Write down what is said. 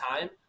time